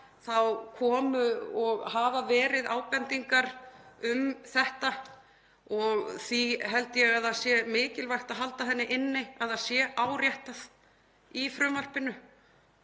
þá komu og hafa verið ábendingar um þetta. Því held ég að það sé mikilvægt að halda henni inni, að þetta sé áréttað í frumvarpinu.